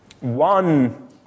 One